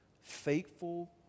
faithful